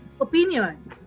opinion